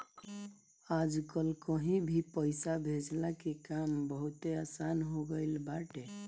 आजकल कहीं भी पईसा भेजला के काम बहुते आसन हो गईल बाटे